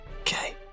Okay